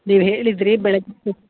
ನೀವು ಹೇಳಿದಿರಿ ಬೆಳಗ್ಗೆ